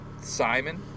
Simon